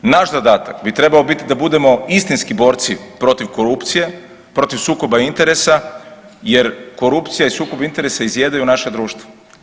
Naš zadatak bi trebao biti da budemo istinski borci protiv korupcije, protiv sukoba interesa jer korupcija i sukob interesa izjedaju naše društvo.